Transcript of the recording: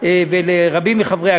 הייתי אז יושב-ראש ועדת הכספים,